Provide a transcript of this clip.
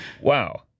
Wow